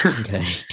okay